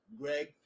Greg